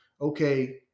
okay